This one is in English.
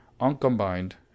Uncombined